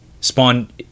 Spawn